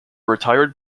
retired